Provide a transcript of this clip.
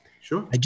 Sure